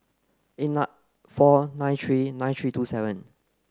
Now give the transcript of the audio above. eight nut four nine three nine three two seven